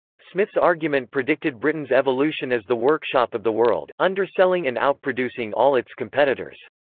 smith's argument predicted britain's evolution as the workshop of the world, underselling and outproducing all its competitors.